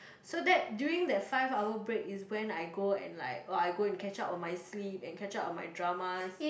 so that during that five hour break is when I go and like oh I go and catch up on my sleep and catch up on my dramas